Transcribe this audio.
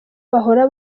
bahora